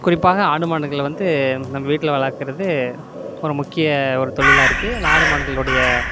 குறிப்பாக ஆடு மாடுகளை வந்து நம்ம வீட்டில் வளர்க்கறது ஒரு முக்கிய ஒரு தொழிலாக இருக்குது அந்த ஆடு மாடுகளுடைய